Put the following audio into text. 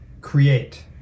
create